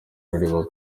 arareba